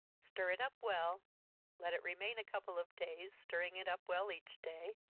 stir it up well let it remain a couple of days, stirring it up well each day,